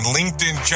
LinkedIn